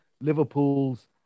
Liverpool's